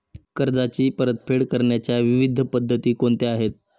कर्जाची परतफेड करण्याच्या विविध पद्धती कोणत्या आहेत?